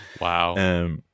Wow